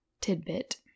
tidbit